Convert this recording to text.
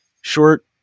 short